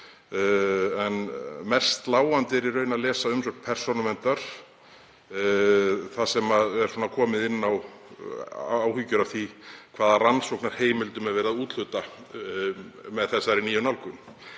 En mest sláandi er í raun að lesa umsögn Persónuverndar þar sem komið er inn á áhyggjur af því hvaða rannsóknarheimildum er verið að úthluta með þessari nýju nálgun.